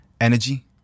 energy